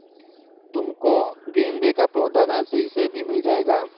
तुमको गेंदे का पौधा नर्सरी से भी मिल जाएगा